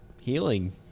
healing